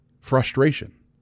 frustration